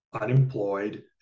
unemployed